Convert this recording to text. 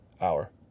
Hour